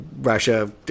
Russia